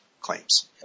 claims